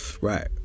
right